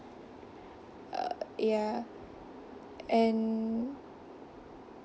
uh ya and